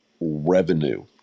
revenue